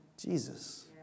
Jesus